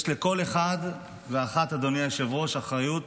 יש לכל אחד ואחת, אדוני היושב-ראש, אחריות